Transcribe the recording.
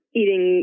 eating